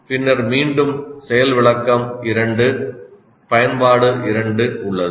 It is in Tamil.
பின்னர் மீண்டும் செயல் விளக்கம் 2 பயன்பாடு 2 உள்ளது